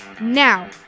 now